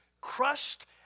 crushed